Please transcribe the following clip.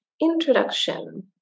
Introduction